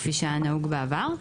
כפי שהיה נהוג בעבר.